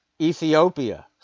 Ethiopia